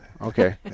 Okay